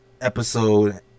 Episode